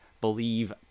Believe